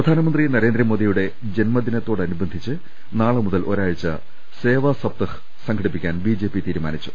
പ്രധാനമന്ത്രി നരേന്ദ്രമോദിയുടെ ജന്മദിനത്തോടനുബന്ധിച്ച് നാളെ മുതൽ ഒരാഴ്ച്ച സേവാ സപ്തഹ് സംഘടിപ്പിക്കാൻ ബിജെപി തീരുമാനിച്ചു